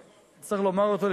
שצריך לומר אותו,